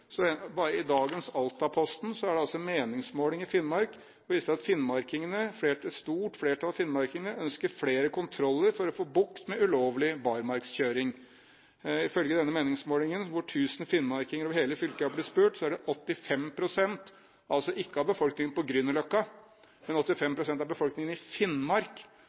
i dagens Altaposten er en meningsmåling fra Finnmark som viser at et stort flertall av finnmarkingene ønsker flere kontroller for å få bukt med ulovlig barmarkskjøring. Ifølge denne meningsmålingen, hvor tusen finnmarkinger over hele fylket har blitt spurt, er det 85 pst. – ikke 85 pst. av befolkningen på Grünerløkka, men 85 pst. av befolkningen i Finnmark